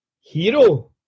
hero